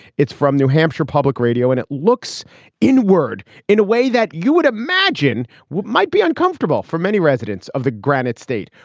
it's from new hampshire public radio. and it looks in word in a way that you would imagine might be uncomfortable for many residents of the granite state.